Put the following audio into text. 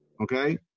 okay